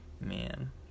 Man